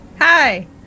Hi